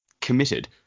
committed